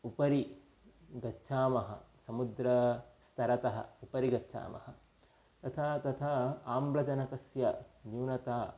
उपरि गच्छामः समुद्रस्तरतः उपरि गच्छामः तथा तथा आम्लजनकस्य न्यूनता